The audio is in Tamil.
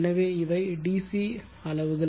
எனவே இவை DC அளவுகள்